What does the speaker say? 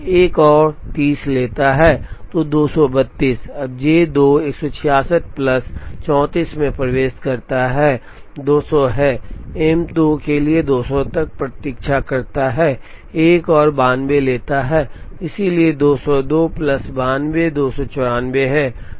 एक और 30 लेता है तो 232 अब J 2 166 प्लस 34 में प्रवेश करता है 200 है M 2 के लिए 202 तक प्रतीक्षा करता है एक और 92 लेता है इसलिए 202 प्लस 92 294 है